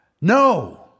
no